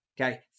Okay